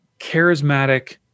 charismatic